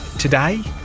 today,